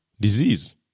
Disease